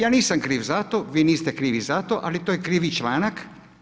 Ja nisam kriv za to, vi niste krivi za to, ali to je krivi članak.